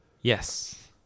Yes